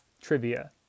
trivia